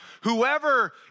whoever